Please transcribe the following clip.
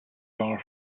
bar